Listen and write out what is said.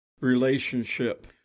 relationship